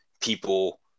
people